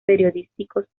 periodísticos